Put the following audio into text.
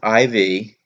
IV